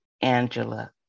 Angela